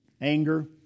anger